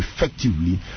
effectively